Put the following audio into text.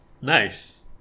Nice